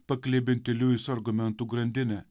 paklibinti liuiso argumentų grandinę